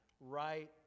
right